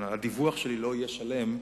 הדיווח שלי לא יהיה שלם,